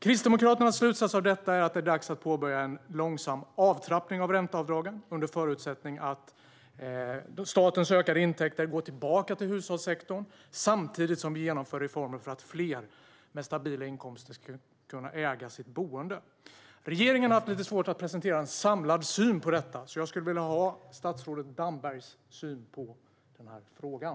Kristdemokraternas slutsats av detta är att det är dags att påbörja en långsam avtrappning av ränteavdragen under förutsättning att statens ökade intäkter går tillbaka till hushållssektorn, samtidigt som vi genomför reformer för att fler med stabila inkomster ska kunna äga sitt boende. Regeringen har haft lite svårt att presentera en samlad syn på detta. Jag skulle vilja höra statsrådet Dambergs syn på frågan.